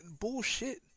Bullshit